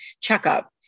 checkup